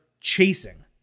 chasing